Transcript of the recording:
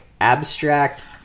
abstract